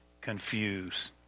confused